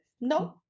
No